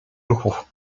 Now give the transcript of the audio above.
ruchów